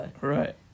Right